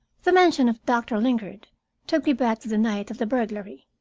the mention of doctor lingard took me back to the night of the burglary.